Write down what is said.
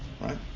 Right